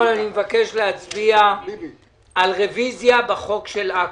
מבקש להצביע על רוויזיה בחוק של עכו.